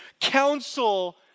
council